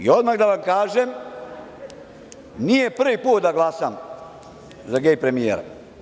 Odmah da vam kažem, nije prvi put da glasam za gej premijera.